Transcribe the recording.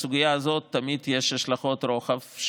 שבסוגיה הזאת תמיד יש השלכות רוחב,